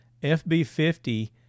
FB50